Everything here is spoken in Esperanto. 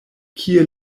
kie